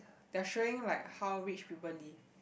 they are showing like how rich people live